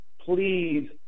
please